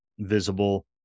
Visible